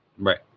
Right